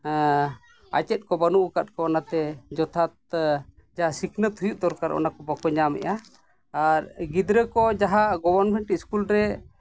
ᱟᱪᱮᱫ ᱠᱚ ᱵᱟᱹᱱᱩᱜ ᱟᱠᱟᱫ ᱠᱚᱣᱟ ᱚᱱᱟᱛᱮ ᱡᱚᱛᱷᱟᱛ ᱡᱟᱦᱟᱸ ᱥᱤᱠᱷᱱᱟᱹᱛ ᱦᱩᱭᱩᱜ ᱫᱚᱨᱠᱟᱨ ᱚᱱᱟᱫᱚ ᱵᱟᱠᱚ ᱧᱟᱢᱮᱫᱼᱟ ᱟᱨ ᱜᱤᱫᱽᱨᱟᱹ ᱠᱚ ᱡᱟᱦᱟᱸ ᱜᱚᱵᱷᱚᱨᱢᱮᱱᱴ ᱥᱠᱩᱞ ᱨᱮ